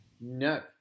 No